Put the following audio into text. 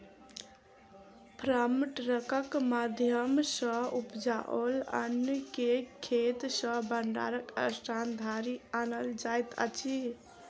farm ट्रकक माध्यम सॅ उपजाओल अन्न के खेत सॅ भंडारणक स्थान धरि आनल जाइत अछि